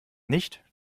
nicht